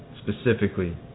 specifically